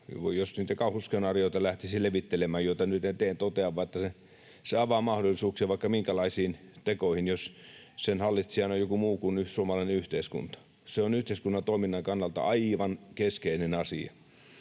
jos niitä kauhuskenaarioita lähtisi levittelemään — mitä nyt en tee, vaan totean vain tämän — niin sehän avaa mahdollisuuksia vaikka minkälaisiin tekoihin, jos sen hallitsijana on joku muu kuin suomalainen yhteiskunta. Se on yhteiskunnan toiminnan kannalta aivan keskeinen asia.